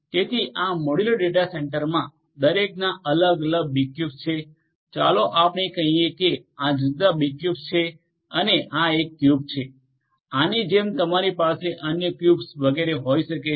તેથી આ modular data સેન્ટરમાં દરેકના અલગ અલગ બીક્યુબ્સ છે ચાલો આપણે કહીએ કે આ જુદા જુદા બીક્યુબ્સ છે અને આ એક ક્યુબ છે આની જેમ કે તમારી પાસે અન્ય ક્યુબ્સ વગેરે હોઈ શકે છે